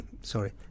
sorry